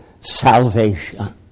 salvation